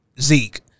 Zeke